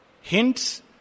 Hints